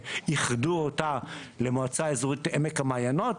ואיחדו אותה למועצה אזורית עמק המעיינות.